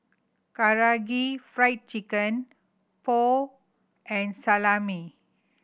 Karaage Fried Chicken Pho and Salami